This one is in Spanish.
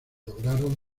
lograron